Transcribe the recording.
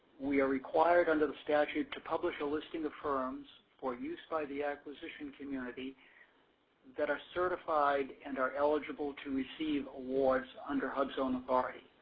we are required under the statute to publish a listing of firms for use by the acquisition community that are certified and are eligible to receive awards under hubzone authority.